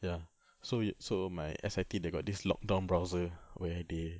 ya so ye~ so my S_I_T they got this lockdown browser where they